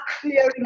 clearing